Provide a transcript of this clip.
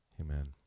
Amen